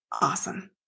Awesome